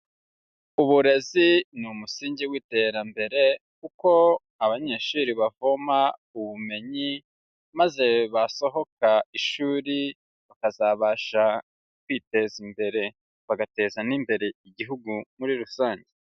Uburezi ni umusingi w'iterambere kuko abanyeshuri bavoma ubumenyi maze basohoka ishuri bakazabasha kwiteza imbere, bagateza n'imbere Igihugu muri rusange.